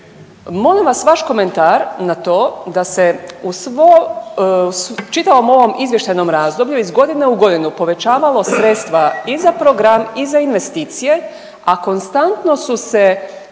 molim vas vaš komentar na to da se u svo, u čitavom ovom izvještajnom razdoblju iz godine u godinu povećavalo sredstva i za program i za investicije, a konstantno su se